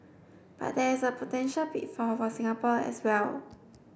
but there is a potential pitfall for Singapore as well